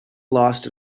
lost